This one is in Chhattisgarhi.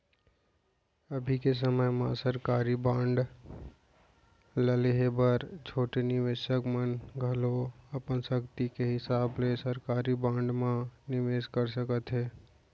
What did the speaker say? अभी के समे म सरकारी बांड ल लेहे बर छोटे निवेसक मन घलौ अपन सक्ति के हिसाब ले सरकारी बांड म निवेस कर सकत हें